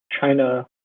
China